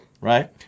right